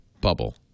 bubble